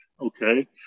okay